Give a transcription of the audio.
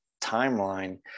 timeline